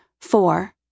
Four